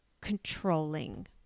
controlling